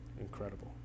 Incredible